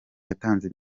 yatanze